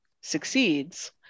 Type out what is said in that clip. succeeds